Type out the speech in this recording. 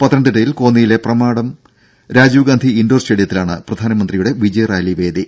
പത്തനംതിട്ടയിൽ കോന്നിയിലെ പ്രമാടം രാജീവ് ഗാന്ധി ഇൻഡോർ സ്റ്റേഡിയത്തിലാണ് പ്രധാനമന്ത്രിയുടെ വിജയ് റാലി വേദി